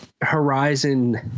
Horizon